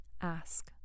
Ask